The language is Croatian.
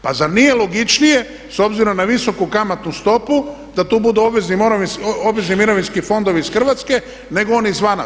Pa zar nije logičnije s obzirom na visoku kamatnu stopu da to budu obvezni mirovinski fondovi iz Hrvatske nego oni izvana.